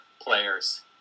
players